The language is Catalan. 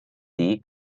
dir